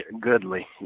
goodly